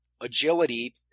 agility